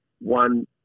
one